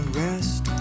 rest